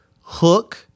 Hook